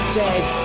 dead